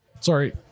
Sorry